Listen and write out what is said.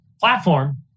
platform